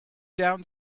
down